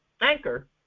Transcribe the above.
anchor